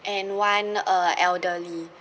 and one uh elderly